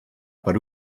per